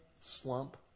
slump